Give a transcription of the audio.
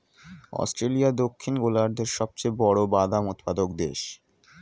Australia দক্ষিণ গোলার্ধের সবচেয়ে বড় বাদাম উৎপাদক দেশ